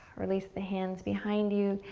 release the hands behind you.